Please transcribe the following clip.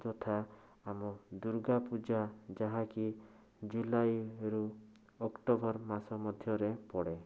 ଯଥା ଆମ ଦୂର୍ଗାପୂଜା ଯାହାକି ଜୁଲାଇରୁ ଅକ୍ଟୋବର ମାସ ମଧ୍ୟରେ ପଡ଼େ